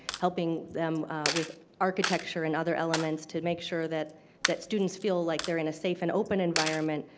helping them with architecture and other elements to make sure that that students feel like they're in a safe and open environment,